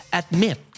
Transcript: admit